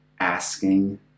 asking